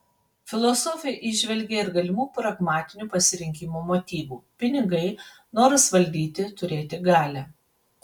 filosofė įžvelgė ir galimų pragmatinių pasirinkimo motyvų pinigai noras valdyti turėti galią